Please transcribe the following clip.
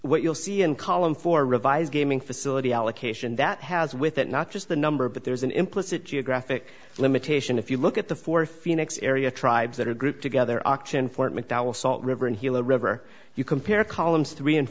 what you'll see in column for revised gaming facility allocation that has with it not just the number but there's an implicit geographic limitation if you look at the four phoenix area tribes that are grouped together auction for mcdowell salt river and hilo river if you compare columns three and